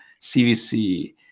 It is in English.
CVC